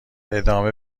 ادامه